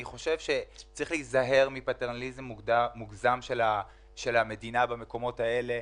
אני חושב שצריך להיזהר מפטרנליזם מוגזם של המדינה במקומות האלה.